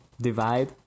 divide